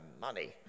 money